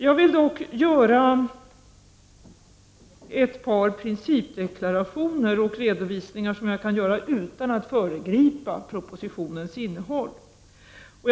Jag vill dock, utan att föregripa propositionens innehåll, göra ett par principdeklarationer och redovisningar.